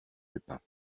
alpins